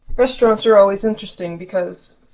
restaurants are always interesting because